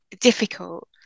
difficult